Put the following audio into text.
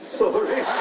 sorry